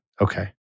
Okay